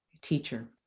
teacher